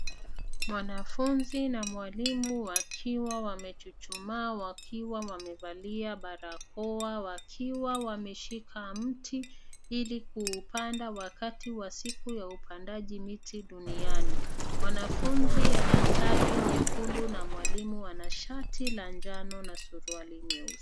Mwanafunzi na mwalimu wakiwa wamechuchumaa wakiwa wamevalia barakoa wakiwa wameshika mti ili kuupanda wakati wa siku ya upandaji miti duniani. Mwanafunzi ana sare nyekundu na mwalimu ana shati la njano na suruali nyekundu.